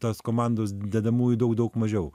tos komandos dedamųjų daug daug mažiau